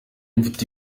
mfite